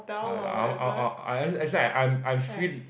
I I as in I'm free